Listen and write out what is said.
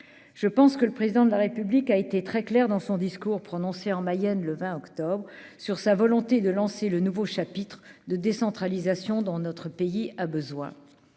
je pense que le président de la République a été très clair dans son discours prononcé en Mayenne, le 20 octobre sur sa volonté de lancer le nouveau chapitre de décentralisation dans notre pays a besoin